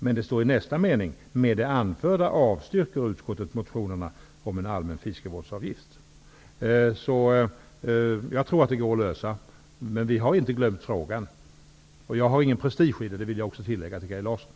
Men det står i nästa mening: Med det anförda avstyrker utskottet motionerna om allmän fiskevårdsavgift. Jag tror att detta går att lösa. Vi har inte glömt frågan. Jag vill också till Kaj Larsson tillägga att jag inte lägger någon prestige i den.